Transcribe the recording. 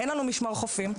אין לנו משמר חופים,